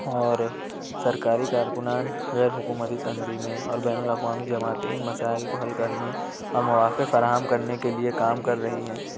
اور سرکاری کارکنان غیر حکومتی تنظیمیں اور بین الاقوامی جماعتیں ان مسائل کو حل کرنے اور مواقع فراہم کرنے کے لیے کام کر رہی ہیں